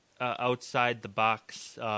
outside-the-box